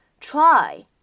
try